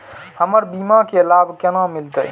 हमर बीमा के लाभ केना मिलते?